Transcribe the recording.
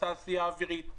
התעשייה האווירית,